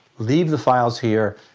leave the files here.